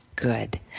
Good